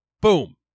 Boom